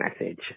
message